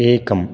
एकम्